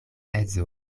edzo